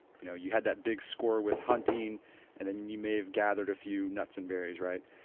you know you had that big score with hunting and then you may have gathered a few nuts and berries, right?